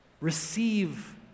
Receive